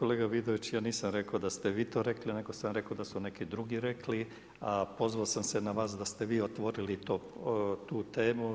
Kolega Vidović, ja nisam rekao da ste vi to rekli, nego sam rekao da su neki drugi rekli, a pozvao sam se na vas da ste vi otvorili tu temu.